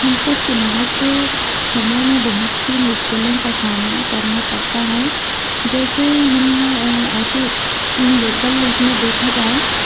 हम को चुनाव के समय में बहुत सी मुश्किलों का सामना करना पड़ता है जैसे हम ऐसे लोकल इस में देखा जाए